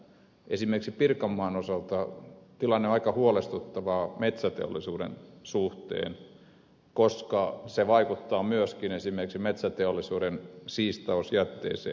esimerkiksi pirkanmaan osalta tilanne on aika huolestuttavaa metsäteollisuuden suhteen koska se vaikuttaa myöskin esimerkiksi metsäteollisuuden siistausjätteeseen